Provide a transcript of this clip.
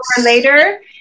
later